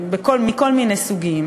מכל מיני סוגים,